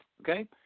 Okay